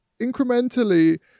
incrementally